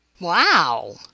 Wow